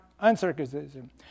uncircumcision